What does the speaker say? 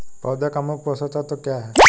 पौधे का मुख्य पोषक तत्व क्या हैं?